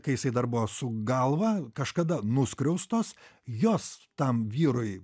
kai jisai dar buvo su galva kažkada nuskriaustos jos tam vyrui